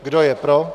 Kdo je pro?